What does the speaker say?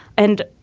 and,